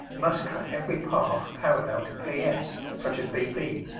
must cut every path parallel to p s, such as b b.